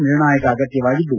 ನಿರ್ಣಾಯಕ ಅಗತ್ಯವಾಗಿದ್ದು